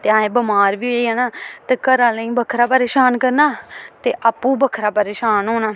ते अहें बमार बी होई जाना ते घरा आह्लें गी बक्खरा परेशान करना ते आपूं बक्खरा परेशान होना